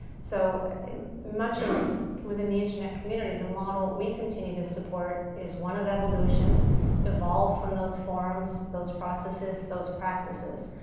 so much of within the internet community, the model we continue to support is one of evolution evolved from those forums, those processes, those practices.